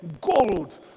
gold